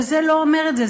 וזה לא אומר את זה,